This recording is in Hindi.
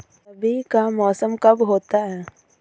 रबी का मौसम कब होता हैं?